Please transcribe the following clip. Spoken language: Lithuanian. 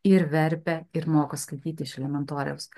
ir verpia ir moka skaityti iš elementoriaus